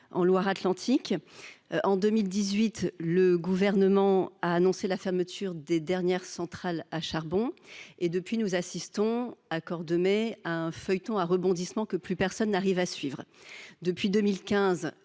en Loire Atlantique. En 2018, le Gouvernement a annoncé la fermeture des dernières centrales à charbon et, depuis lors, nous assistons à Cordemais à un feuilleton à rebondissements que plus personne ne parvient à suivre. Depuis 2015,